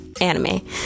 anime